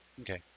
Okay